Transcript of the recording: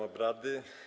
obrady.